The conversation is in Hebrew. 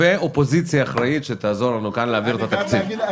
ואופוזיציה אחראית שתעזור לנו כאן להעביר את התקציב.